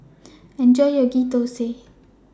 Enjoy your Ghee Thosai